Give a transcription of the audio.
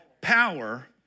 Power